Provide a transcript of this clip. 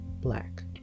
black